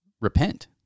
repent